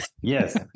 Yes